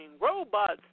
Robots